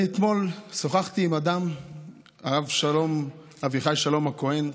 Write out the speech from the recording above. אתמול שוחחתי עם הרב אביחי שלום הכהן.